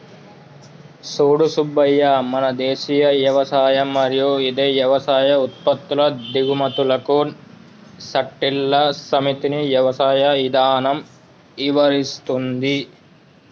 సూడు సూబ్బయ్య మన దేసీయ యవసాయం మరియు ఇదే యవసాయ ఉత్పత్తుల దిగుమతులకు సట్టిల సమితిని యవసాయ ఇధానం ఇవరిస్తుంది